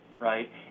right